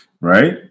Right